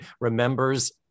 remembers